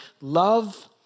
love